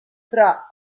tra